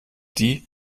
die